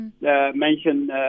mention